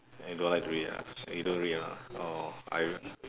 you don't like to read ah you don't read lah orh I